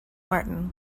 martin